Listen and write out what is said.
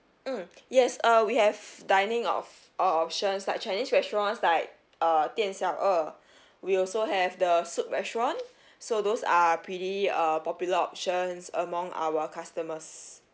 mm yes uh we have dining of uh options such chinese restaurants like uh 店小二 we also have the soup restaurant so those are pretty uh popular options among our customers